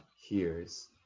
hears